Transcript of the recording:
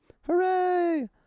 Hooray